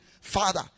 Father